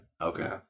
okay